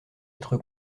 être